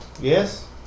Yes